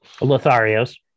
Lotharios